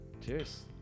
cheers